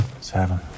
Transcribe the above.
Seven